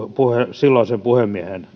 silloisen puhemiehen